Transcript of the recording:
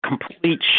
complete